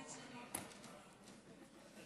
שלי.